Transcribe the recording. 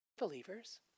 Believers